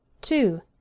Two